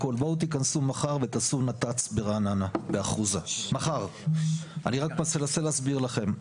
בואו תיכנסו מחר ותעשו נת"צ ברעננה באחוזה מחר אני רק מנסה להסביר לכם,